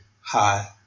Hi